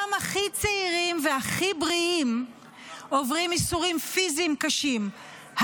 גם הכי צעירים והכי בריאים עוברים ייסורים פיזיים קשים,